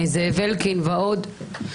זאב אלקין ועוד.